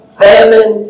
famine